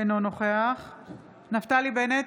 אינו נוכח נפתלי בנט,